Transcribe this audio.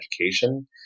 education